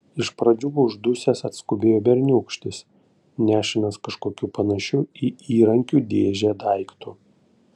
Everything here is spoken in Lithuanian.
iš pradžių uždusęs atskubėjo berniūkštis nešinas kažkokiu panašiu į įrankių dėžę daiktu